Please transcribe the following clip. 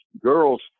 Girls